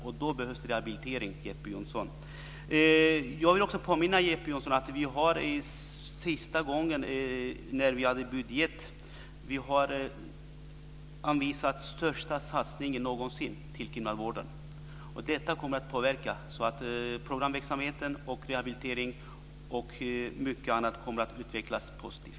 Därför behövs det rehabilitering, Jeppe Jag vill också påminna Jeppe Johnsson om att vi i den senaste budgeten har gjort den största satsningen någonsin på kriminalvården. Detta kommer att påverka så att programverksamheten, rehabiliteringen och mycket annat kommer att utvecklas positivt.